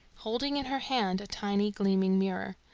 holding in her hand a tiny gleaming mirror.